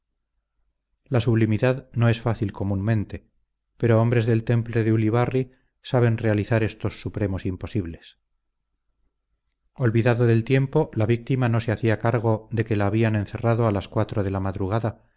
la sublimidad no es fácil comúnmente pero hombres del temple de ulibarri saben realizar estos supremos imposibles olvidado del tiempo la víctima no se hacía cargo de que la habían encerrado a las cuatro de la madrugada